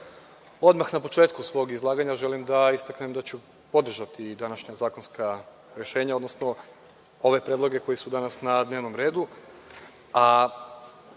odmah na početku svog izlaganja želim da istaknem da ću podržati i današnja zakonska rešenja, odnosno ove predloge koji su danas na dnevnom redu,